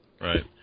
right